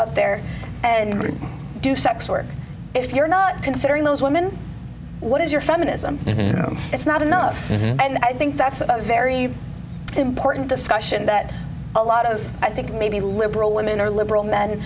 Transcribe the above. out there and do sex work if you're not considering those women what is your feminism you know it's not enough and i think that's a very important discussion that a lot of i think maybe liberal women or liberal m